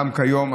גם כיום,